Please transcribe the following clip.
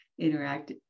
interact